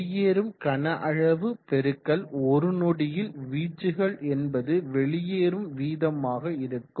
வெளியேறும் கன அளவு பெருக்கல் ஒரு நொடியில் வீச்சுகள் என்பது வெளியேறும் வீதமாக இருக்கும்